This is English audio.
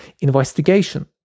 investigation